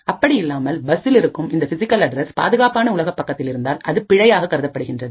அப்படியில்லாமல்பஸ்ஸில் இருக்கும் இந்த பிசிகல்அட்ரஸ் பாதுகாப்பான உலக பக்கத்தில் இருந்தால் அது பிழையாக கருதப்படுகின்றது